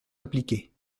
appliquée